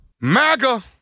MAGA